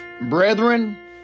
Brethren